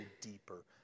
deeper